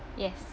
yes